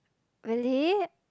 really